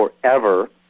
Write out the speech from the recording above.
forever